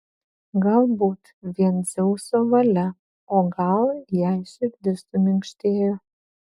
galbūt vien dzeuso valia o gal jai širdis suminkštėjo